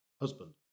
husband